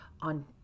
on